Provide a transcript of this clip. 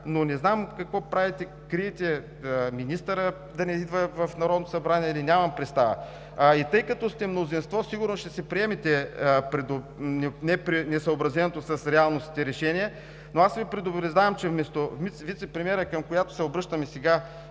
но не знам какво правите – криете министъра да не идва в Народното събрание или нямам представа. И тъй като сте мнозинство, сигурно ще си приемете несъобразеното с реалностите решение. Но аз Ви предупреждавам, че вместо вицепремиерът, към която се обръщаме сега,